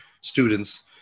students